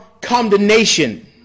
condemnation